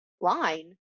line